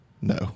No